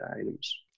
items